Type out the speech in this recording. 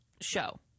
show